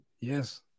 yes